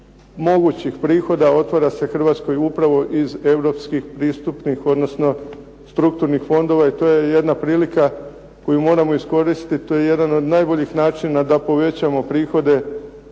mogućih prihoda otvara se Hrvatskoj upravo iz europskih pristupnih odnosno strukturnih fondova i to je jedna prilika koju moramo iskoristit. To je jedan od najboljih način da povećamo prihode